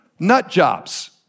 nutjobs